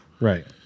Right